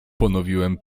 ponowiłem